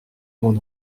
mon